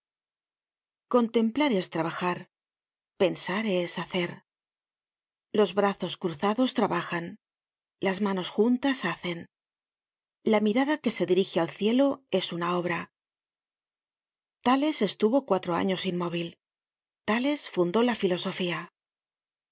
contemplar es trabajar pensar es hacer los brazos cruzados trabajan las manos juntas hacen la mirada que se dirige al cielo es una obra tales estuvo cuatro años inmóvil tales fundó la filosofía